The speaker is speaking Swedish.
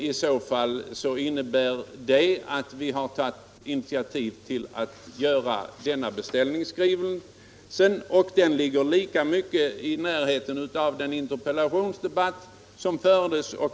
I så fall skulle det innebära att vi har tagit initiativ till att göra denna beställning, och den skrivningen ligger mycket nära vad som anfördes i interpellationsdebatten i mars.